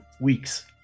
weeks